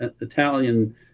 italian